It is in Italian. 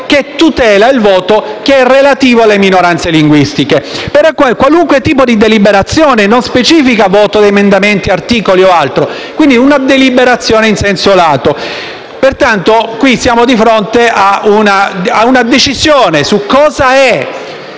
tutela il voto relativo alle minoranze linguistiche. Si parla di qualunque tipo di deliberazione, non si specifica voto di emendamenti, articoli o altro. Si parla di una deliberazione in senso lato. Pertanto, siamo di fronte ad una decisione su cosa